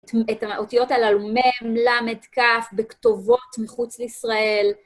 את האותיות הללו מם למד כף בכתובות מחוץ לישראל.